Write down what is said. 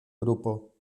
grupo